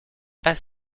pas